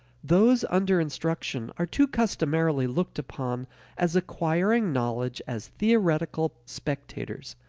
those under instruction are too customarily looked upon as acquiring knowledge as theoretical spectators,